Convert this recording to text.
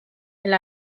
elle